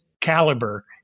caliber